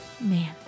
Man